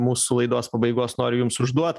mūsų laidos pabaigos noriu jums užduot